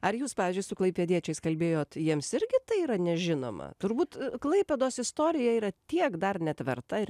ar jūs pavyzdžiui su klaipėdiečiais kalbėjot jiems irgi tai yra nežinoma turbūt klaipėdos istorija yra tiek dar neatverta ir